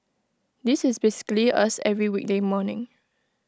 this is basically us every weekday morning